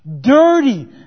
dirty